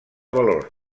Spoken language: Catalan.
valor